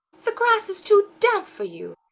the grass is too damp for you.